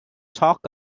talk